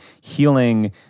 healing